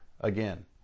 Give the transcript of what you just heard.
again